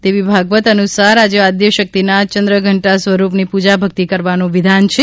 દેવી ભાગવત અનુસાર આજે આદ્યશક્તિના ચંદ્રઘંટા સ્વરૂપની પૂજાભક્તિ કરવાનું વિધાન છે